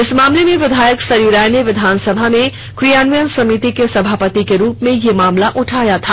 इस मामले में विधायक सरयू राय ने विधानसभा में क्रियान्वयन समिति के सभापति के रूप में ये मामला उठाया था